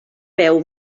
veu